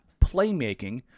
playmaking